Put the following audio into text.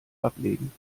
ablegen